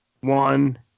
one